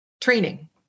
training